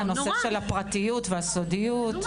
הנושא של הפרטיות והסודיות.